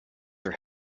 are